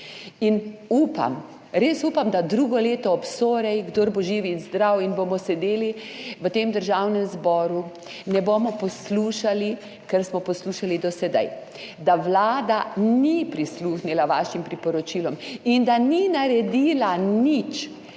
In upam, res upam, da drugo leto obsorej, kdor bo živ in zdrav in bo sedel v Državnem zboru, ne bo poslušal, kar smo poslušali do sedaj – da Vlada ni prisluhnila vašim priporočilom in da ni naredila nič